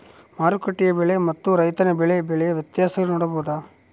ಮಾರುಕಟ್ಟೆ ಬೆಲೆ ಮತ್ತು ರೈತರ ಬೆಳೆ ಬೆಲೆ ವ್ಯತ್ಯಾಸ ನೋಡಬಹುದಾ?